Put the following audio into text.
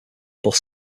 bus